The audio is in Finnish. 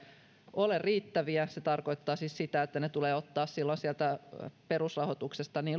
ole riittäviä se tarkoittaa siis sitä että ne tulee ottaa sieltä perusrahoituksesta niin